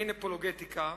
מין אפולוגטיקה,